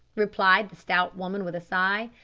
replied the stout woman with a sigh.